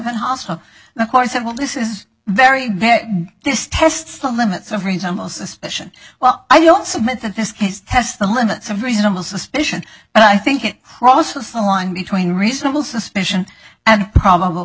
and also of course said well this is very very this tests the limits of reasonable suspicion well i don't submit that this case test the limits of reasonable suspicion and i think it crosses the line between reasonable suspicion and probable